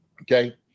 Okay